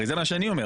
הרי זה מה שאני אומר.